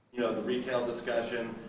you know the retail discussion.